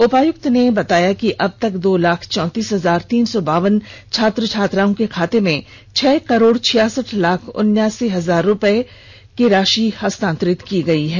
उपायुक्त ने बताया कि अब तक दो लाख चौंतीस हजार तीन सौ बावन छात्र छात्राओं के खाते में छह करोड़ छियासठ लाख उनासी हजार रुपये उनके खाते में हस्तांतरित कर दिए गए हैं